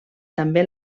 també